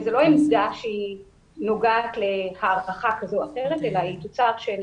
וזה לא עמדה שנוגעת להערכה כזו או אחרת אלא היא תוצאה של